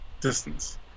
distance